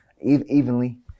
evenly